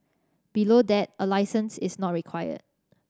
below that a licence is not required